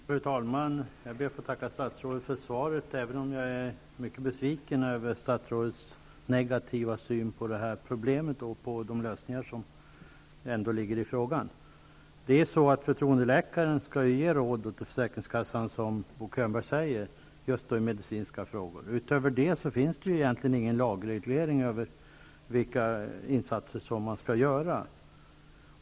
Fru talman! Jag ber att få tacka statsrådet för svaret, även om jag är mycket besviken över statsrådets negativa syn på problemet och på de lösningar som ändå ligger i frågan. Förtroendeläkaren skall ju ge råd åt försäkringskassan, som Bo Könberg säger, just i medicinska frågor. Därutöver finns det egentligen ingen lagreglering av vilka insatser som skall göras.